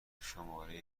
شماره